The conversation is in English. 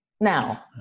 Now